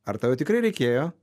ar tau jo tikrai reikėjo